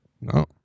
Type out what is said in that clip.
No